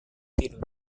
tidur